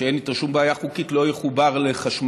שאין איתו שום בעיה חוקית, לא יחובר לחשמל,